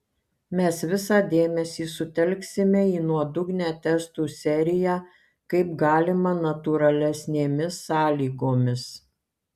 mes visą dėmesį sutelksime į nuodugnią testų seriją kaip galima natūralesnėmis sąlygomis